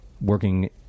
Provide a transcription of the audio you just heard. working